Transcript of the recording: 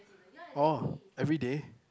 oh everyday